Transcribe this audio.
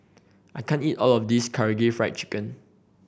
I can't eat all of this Karaage Fried Chicken